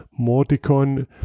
Morticon